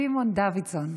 סימון דוידסון.